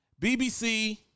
BBC